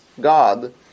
God